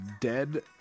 dead